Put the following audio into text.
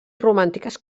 romàntiques